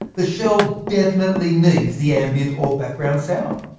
the shell definitely needs the ambient or background sound.